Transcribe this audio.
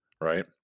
right